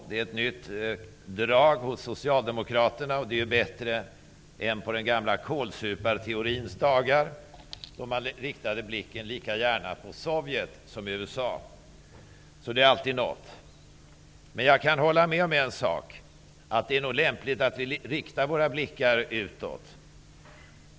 Det är ett nytt drag hos socialdemokraterna. Det är bättre än i den gamla kålsuparteorins dagar, då man lika gärna riktade blicken mot Sovjet som mot USA. Det är alltid något. Jag kan hålla med om en sak, att det nog är lämpligt att vi riktar våra blickar utåt.